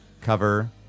cover